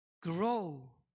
grow